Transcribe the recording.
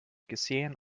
gesehen